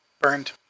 burned